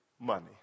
money